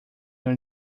your